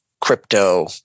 crypto